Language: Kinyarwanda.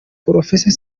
professor